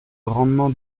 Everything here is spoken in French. rendement